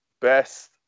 best